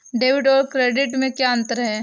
Debit और credit में क्या अंतर है?